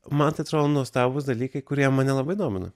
man tai atrodo nuostabūs dalykai kurie mane labai domina